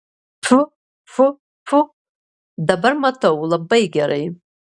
pfu pfu pfu dabar matau labai gerai